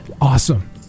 Awesome